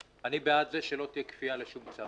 בעד זה שלא תהיה כפיה לשום צד